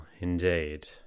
indeed